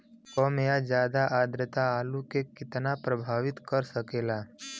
कम या ज्यादा आद्रता आलू के कितना प्रभावित कर सकेला?